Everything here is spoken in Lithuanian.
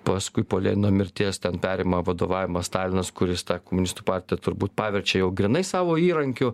paskui po lenino mirties ten perima vadovavimą stalinas kuris tą komunistų partiją turbūt paverčia jau grynai savo įrankiu